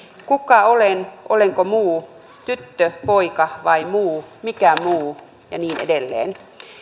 kuka olen olenko muu tyttö poika vai muu mikä muu ja niin edelleen